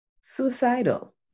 suicidal